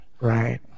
Right